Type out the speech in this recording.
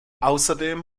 außerdem